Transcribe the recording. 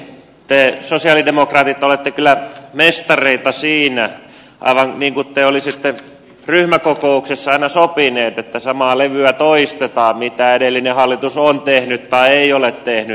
te sosialidemokraatit olette kyllä mestareita siinä aivan kuin te olisitte ryhmäkokouksessa aina sopineet että samaa levyä toistetaan mitä edellinen hallitus on tehnyt tai ei ole tehnyt